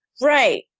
Right